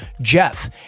Jeff